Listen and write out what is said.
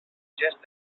gest